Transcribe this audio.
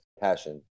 passion